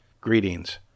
Greetings